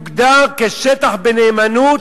תוגדר כשטח בנאמנות